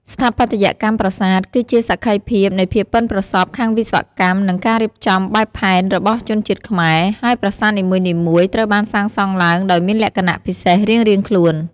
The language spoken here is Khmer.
ស្ថាបត្យកម្មប្រាសាទ គឺជាសក្ខីភាពនៃភាពប៉ិនប្រសប់ខាងវិស្វកម្ម និងការរៀបចំបែបផែនរបស់ជនជាតិខ្មែរ ហើយប្រាសាទនីមួយៗត្រូវបានសាងសង់ឡើងដោយមានលក្ខណៈពិសេសរៀងៗខ្លួន។